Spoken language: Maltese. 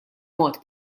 mod